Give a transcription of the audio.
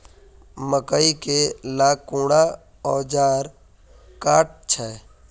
मकई के ला कुंडा ओजार काट छै?